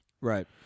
Right